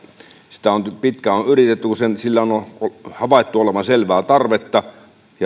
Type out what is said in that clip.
sitä on pitkään yritetty kun sille on havaittu olevan selvää tarvetta